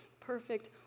perfect